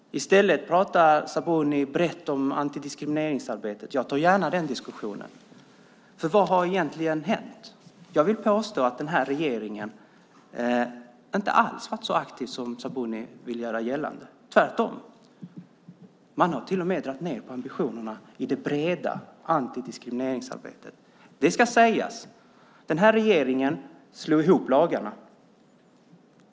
I stället pratar Sabuni brett om antidiskrimineringsarbetet. Jag tar gärna den diskussionen. För vad har egentligen hänt? Jag vill påstå att regeringen inte alls har varit så aktiv som Sabuni vill göra gällande, utan tvärtom. Den har till och med dragit ned på ambitionerna i det breda antidiskrimineringsarbetet. Det ska sägas att regeringen slog ihop lagarna.